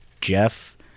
Jeff